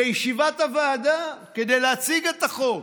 בישיבת הוועדה כדי להציג את החוק.